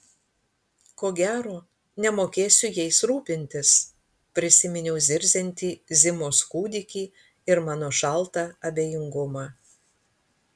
ko gero nemokėsiu jais rūpintis prisiminiau zirziantį zimos kūdikį ir mano šaltą abejingumą